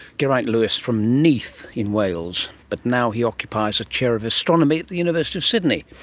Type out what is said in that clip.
geraint lewis from neath in wales, but now he occupies a chair of astronomy at the university of sydney.